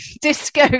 disco